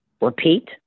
repeat